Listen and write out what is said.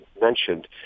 mentioned